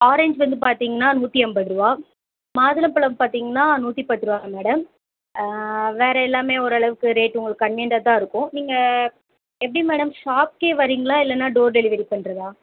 orange வந்து பார்த்திங்கன்னா நூற்றி ஐம்பதுருவா மாதுளப்பழம் பார்த்திங்கன்னா நூற்றி பத்துருவாங்க மேடம் வேறு எல்லாமே ஓரளவுக்கு ரேட் உங்களுக்கு கன்வீனியன்ட்டாக இருக்கும் நீங்கள் எப்படி மேடம் ஷாப்க்கே வரிங்களா இல்லைனா டோர் டெலிவரி பண்ணுறதா